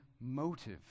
motive